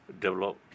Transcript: develop